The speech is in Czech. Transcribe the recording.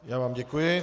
Já vám děkuji.